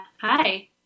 Hi